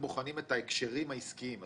את ההקשרים העסקיים?